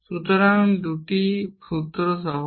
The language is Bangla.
সুতরাং 2টি সূত্র সহজ